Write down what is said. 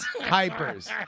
Pipers